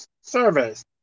service